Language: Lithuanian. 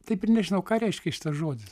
taip ir nežinau ką reiškia šitas žodis